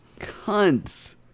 cunts